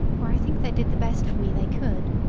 where i think they did the best for me they could.